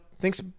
thanks